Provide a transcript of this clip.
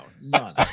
None